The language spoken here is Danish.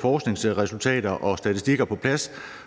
forskningsresultater og statistikker på plads,